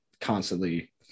constantly